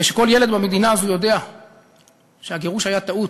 כשכל ילד במדינה הזו יודע שהגירוש היה טעות,